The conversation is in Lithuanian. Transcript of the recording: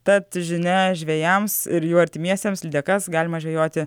tad žinia žvejams ir jų artimiesiems lydekas galima žvejoti